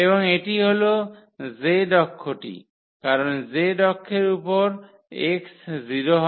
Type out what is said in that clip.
এবং এটি হল z অক্ষটি কারণ z অক্ষের উপর x 0 হয় y 0 হয়